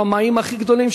רמאים הכי גדולים,